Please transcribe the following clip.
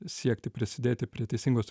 siekti prisidėti prie teisingos